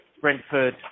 Brentford